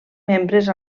membres